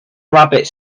rabbit